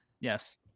Yes